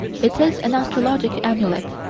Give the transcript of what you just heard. it is an astrologic amulet.